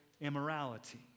immorality